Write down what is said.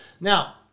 Now